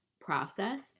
process